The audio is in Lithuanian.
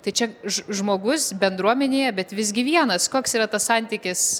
tai čia ž žmogus bendruomenėje bet visgi vienas koks yra tas santykis